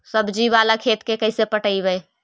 सब्जी बाला खेत के कैसे पटइबै?